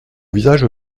visage